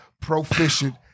proficient